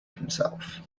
himself